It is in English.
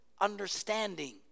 understanding